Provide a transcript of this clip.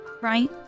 right